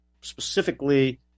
specifically